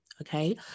okay